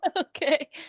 Okay